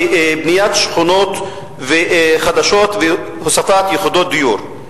בבניית שכונות חדשות ובהוספת יחידות דיור.